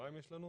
שבועיים?